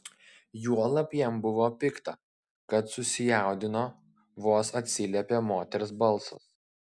juolab jam buvo pikta kad susijaudino vos atsiliepė moters balsas